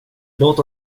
låt